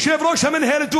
יושב-ראש המינהלת,